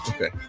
Okay